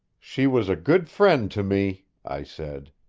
she was a good friend to me, i said.